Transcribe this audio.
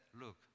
look